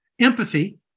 empathy